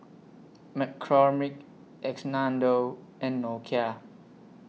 McCormick and Nokia